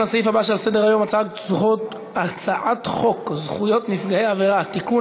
לסעיף הבא שעל סדר-היום: הצעת חוק זכויות נפגעי עבירה (תיקון,